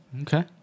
okay